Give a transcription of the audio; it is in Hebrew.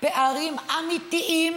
פערים אמיתיים,